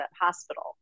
hospital